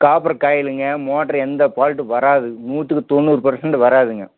copper காயிலுங்க motor எந்த ஃபால்ட்டும் வராது நூற்றுக்கு தொண்ணூறு பர்சண்டு வராதுங்க